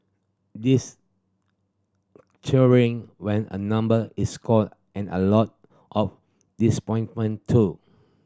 this cheering when a number is called and a lot of disappointment too